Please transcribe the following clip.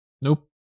Nope